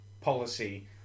policy